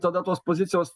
tada tos pozicijos